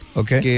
okay